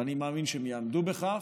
ואני מאמין שהם יעמדו בכך,